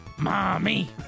Mommy